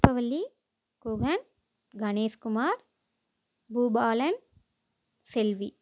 Pushpavalli Guhan Ganeshkumar Boopalan Selvi